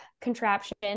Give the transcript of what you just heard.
contraption